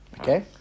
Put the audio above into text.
Okay